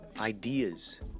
ideas